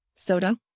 Soda